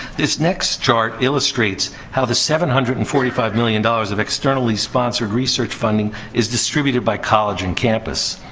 this next chart illustrates how the seven hundred and forty five million dollars of externally sponsored research funding is distributed by college and campus.